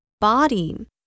Body